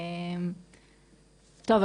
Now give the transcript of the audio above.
טוב,